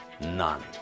None